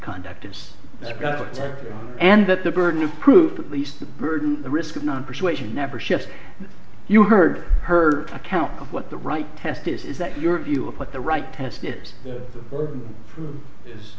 that and that the burden of proof at least the burden the risk of not persuasion never shift you heard her account of what the right test is is that your view of what the right test